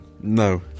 No